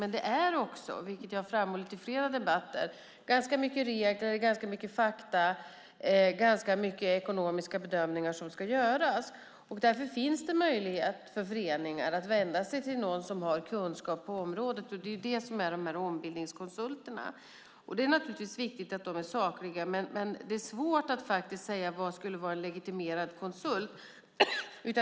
Men det är också, vilket jag har framhållit i flera debatter, ganska mycket regler, fakta och ekonomiska bedömningar som ska göras. Därför finns det möjlighet för föreningar att vända sig till någon som har kunskap på området, det vill säga ombildningskonsulterna. Det är naturligtvis viktigt att ombildningskonsulterna är sakliga, men det är svårt att säga vad som skulle vara en legitimerad konsult.